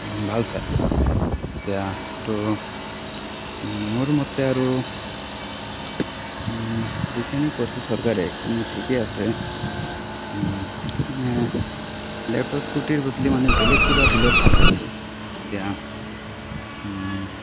ভাল চাই এতিয়া সেইটো মোৰ মতে আৰু যিখিনি কৰিছে চৰকাৰে সেইখিনি ঠিকে আছে মানে লেপটপ স্কুটিৰ বদলি মানে বেলেগ কিবা দিলে ভাল হয় আৰু এতিয়া